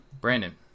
Brandon